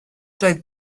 doedd